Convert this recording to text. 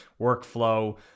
workflow